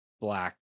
black